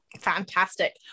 Fantastic